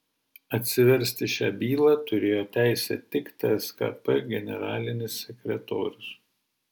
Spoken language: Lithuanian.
atsiversti šią bylą turėjo teisę tik tskp generalinis sekretorius